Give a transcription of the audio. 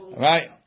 right